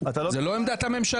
יכול להיות מומחה שיעלה